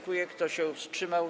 Kto się wstrzymał?